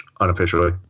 Unofficially